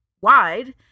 wide